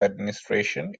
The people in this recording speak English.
administration